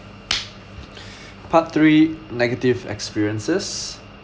part three negative experiences